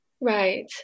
Right